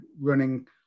running